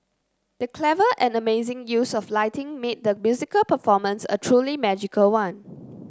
the clever and amazing use of lighting made the musical performance a truly magical one